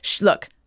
Look